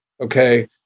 Okay